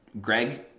Greg